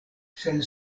sen